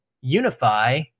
unify